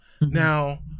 now